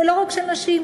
לא רק של נשים,